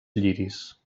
lliris